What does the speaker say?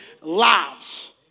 lives